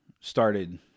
started